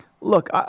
Look